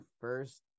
first